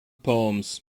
poems